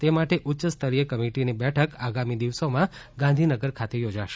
તે માટે ઉચ્ચ્સતરીય કમિટીની બેઠક આગામી દિવસો માં ગાંધીનગર ખાતે યોજાશે